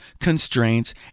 constraints